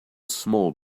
small